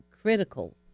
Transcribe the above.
critical